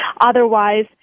Otherwise